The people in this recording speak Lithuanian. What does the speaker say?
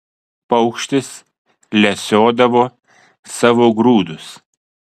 paukštis lesiodavo savo grūdus